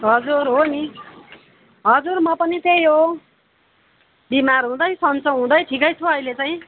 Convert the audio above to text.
हजुर हो नि हजुर म पनि त्यही हो बिमार हुँदै सन्चो हुँदै ठिकै छु अहिले चाहिँ